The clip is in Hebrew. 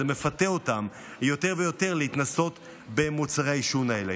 זה מפתה אותם יותר ויותר להתנסות במוצרי העישון האלה.